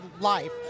life